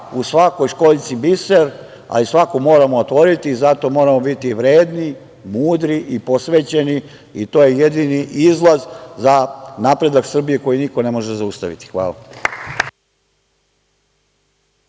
u svakoj školjci biser, ali svaku moramo otvoriti i zato moramo biti vredni, mudri, posvećeni. To je jedini izlaz za napredak Srbije koji niko ne može zaustaviti. Hvala.